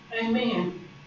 Amen